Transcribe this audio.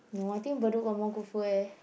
no I think Bedok got more good food eh